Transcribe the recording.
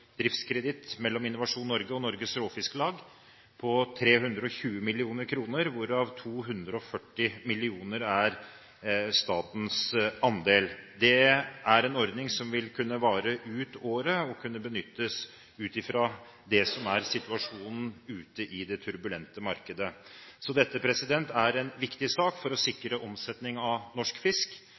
driftskreditt mellom Innovasjon Norge og Norges Råfisklag på 320 mill. kr, hvorav 240 mill. kr er statens andel. Det er en ordning som vil kunne vare ut året, og som vil kunne benyttes i den situasjonen som er, med et turbulent marked. Dette er en viktig sak for å sikre omsetning av norsk fisk